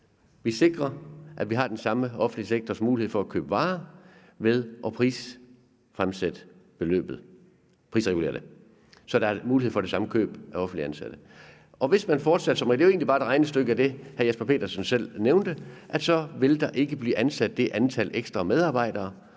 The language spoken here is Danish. Vi sikrer, at vi har den samme offentlige sektors mulighed for at købe varer ved at prisfremsætte beløbet – prise sig ud af det – så der er mulighed for det samme køb af offentligt ansatte. Og hvis man fortsætter – og det er jo egentlig bare et regnestykke som det, hr. Jesper Petersen selv nævnte – vil der ikke blive ansat det antal ekstra medarbejdere,